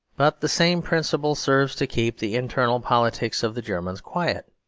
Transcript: but the same principle serves to keep the internal politics of the germans quiet,